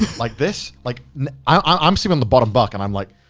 like this. like i'm sitting on the bottom bunk and i'm like,